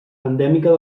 endèmica